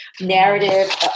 narrative